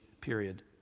period